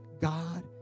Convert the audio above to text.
God